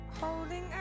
Holding